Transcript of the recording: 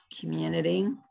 community